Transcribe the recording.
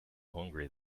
hungry